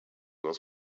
was